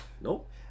Nope